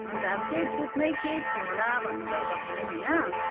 अन्त अब त्यही दुधमै केही थियो होला भन्नुभयो डाक्टरले पनि होइन